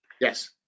yes